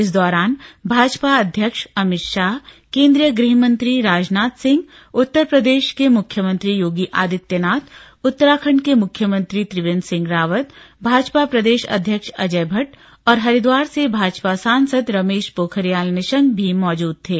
इस दौरान भाजपा अध्यक्ष अमित शाह केंद्रीय गृह मंत्री राजनाथ सिंह उत्तर प्रदेश के मुख्यमंत्री योगी आदित्यनाथ उत्तराखंड के मुख्यमंत्री त्रिवेंद्र सिंह रावत भाजपा प्रदेश अध्यक्ष अजय भट्ट और हरिद्वार से भाजपा सांसद रमेश पोखरियाल निशंक भी मौजूद थे